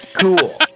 Cool